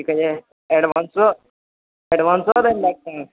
की कहै छै एडवान्सो एडवान्सो दए लऽ छै